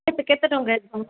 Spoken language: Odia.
କେତେ ଟଙ୍କା ଆଡ଼ଭାନ୍ସ